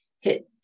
hit